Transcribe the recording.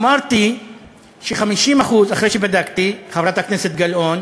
אמרתי ש-50% אחרי שבדקתי, חברת הכנסת גלאון,